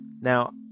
Now